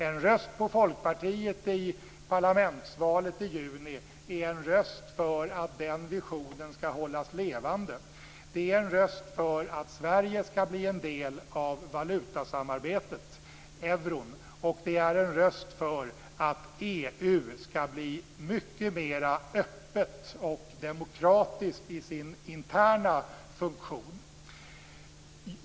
En röst på Folkpartiet i parlamentsvalet i juni är en röst för att denna vision skall hållas levande. Det är en röst för att Sverige skall bli en del av valutasamarbetet, euron, och det är en röst för att EU skall bli mycket mer öppet och demokratiskt i sin interna funktion.